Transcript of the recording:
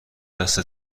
دست